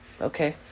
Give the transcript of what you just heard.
Okay